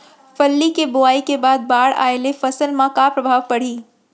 फल्ली के बोआई के बाद बाढ़ आये ले फसल मा का प्रभाव पड़ही?